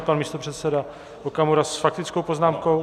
Pan místopředseda Okamura s faktickou poznámkou.